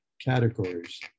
categories